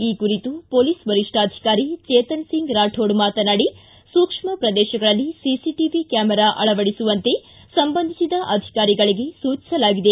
ಈ ಕುರಿತು ಪೊಲೀಸ್ ವರಿಷ್ಠಾಧಿಕಾರಿ ಚೇತನ್ ಸಿಂಗ್ ರಾಕೋಡ್ ಮಾತನಾಡಿ ಸೂಕ್ಷ್ಮ ಪ್ರದೇಶಗಳಲ್ಲಿ ಸಿಸಿಟವಿ ಕ್ಕಾಮೆರಾ ಅಳವಡಿಸುವಂತೆ ಸಂಬಂಧಿಸಿದ ಅಧಿಕಾರಿಗಳಿಗೆ ಸೂಚಿಸಲಾಗಿದೆ